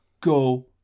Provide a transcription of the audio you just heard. go